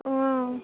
অঁ